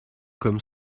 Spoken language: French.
comme